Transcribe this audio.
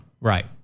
Right